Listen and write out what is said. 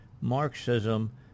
Marxism